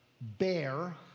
bear